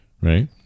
right